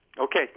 okay